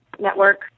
network